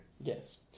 Yes